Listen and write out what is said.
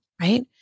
right